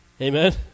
Amen